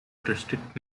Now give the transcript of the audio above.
district